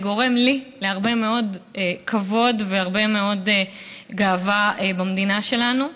זה גורם לי להרבה מאוד כבוד והרבה מאוד גאווה במדינה שלנו.